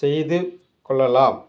செய்து கொள்ளலாம்